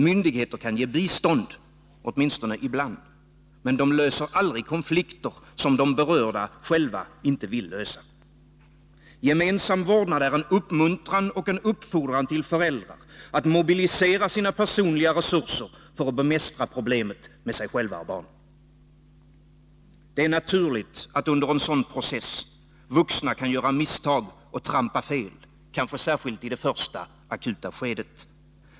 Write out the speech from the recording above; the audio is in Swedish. Myndigheter kan ge bistånd, åtminstone ibland, men de löser aldrig konflikter som de berörda själva inte vill lösa. Gemensam vårdnad är en uppmuntran och en uppfordran till föräldrarna att mobilisera sina personliga resurser för att bemästra problemet med sig själva och barnen. Det är naturligt att vuxna under en sådan process kan göra misstag och trampa fel, kanske särskilt i det första akuta skedet.